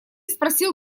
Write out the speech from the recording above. спросил